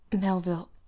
melville